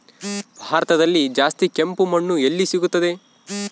ಭಾರತದಲ್ಲಿ ಜಾಸ್ತಿ ಕೆಂಪು ಮಣ್ಣು ಎಲ್ಲಿ ಸಿಗುತ್ತದೆ?